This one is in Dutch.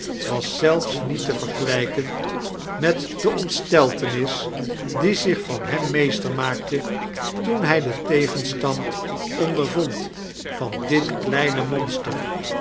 was zelfs niet te vergelijken met de ontsteltenis die zich van hem meester maakte tcien hij den tegenstand ondervond van dit kleine monster